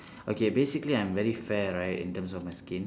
okay basically I'm very fair right in term of my skin